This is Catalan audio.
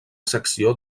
secció